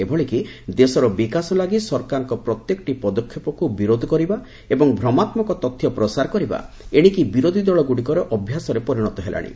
ଏଭଳିକି ଦେଶର ବିକାଶ ଲାଗି ସରକାରଙ୍କ ପ୍ରତ୍ୟେକଟି ପଦକ୍ଷେପକୁ ବିରୋଧ କରିବା ଏବଂ ଭ୍ରମାତ୍ଲକ ତଥ୍ୟ ପ୍ରସାର କରିବା ଏଶିକି ବିରୋଧୀ ଦଳଗୁଡ଼ିକର ଅଭ୍ୟାସରେ ପରିଣତ ହେଲାଶି